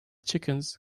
chickens